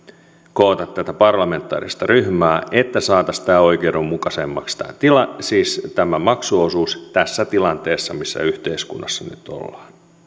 koota tätä parlamentaarista ryhmää jotta saataisiin oikeudenmukaisemmaksi tämä maksuosuus tässä tilanteessa missä yhteiskunnassa